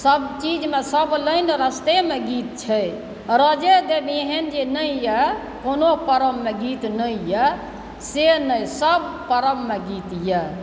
सब चीजमे सब लाइन रस्तेमे गीत छै रोजे जब एहन जे नहि यऽ कोनो परबमे गीत नहि यऽ से नहि सब परबमे गीत यऽ